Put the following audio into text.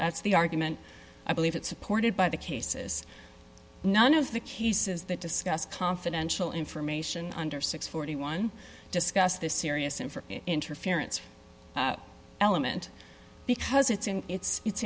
that's the argument i believe it's supported by the cases none of the cases that discuss confidential information under six hundred and forty one discuss this serious and for interference element because it's in its it's